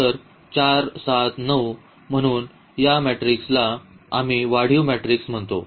तर म्हणून या मेट्रिक्सला आम्ही वाढीव मॅट्रिक्स म्हणतो